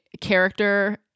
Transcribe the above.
character